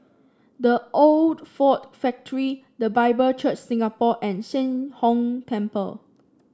The Old Ford Factory The Bible Church Singapore and Sheng Hong Temple